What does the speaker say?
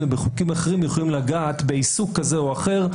ובחוקים אחרים יכול לגעת בעיסוק כזה או אחר,